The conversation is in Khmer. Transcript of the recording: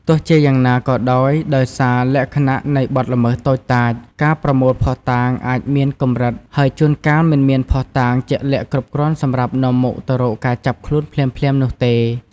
ទោះជាយ៉ាងណាក៏ដោយ ដោយសារលក្ខណៈនៃបទល្មើសតូចតាច ការប្រមូលភស្តុតាងអាចមានកម្រិត ហើយជួនកាលមិនមានភស្តុតាងជាក់លាក់គ្រប់គ្រាន់សម្រាប់នាំមុខទៅរកការចាប់ខ្លួនភ្លាមៗនោះទេ។